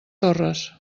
torres